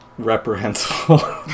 Reprehensible